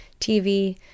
TV